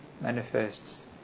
manifests